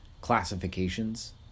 classifications